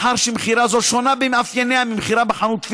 מאחר שמכירה זו שונה במאפייניה ממכירה בחנות פיזית,